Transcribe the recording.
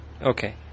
Okay